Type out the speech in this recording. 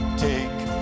take